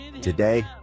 Today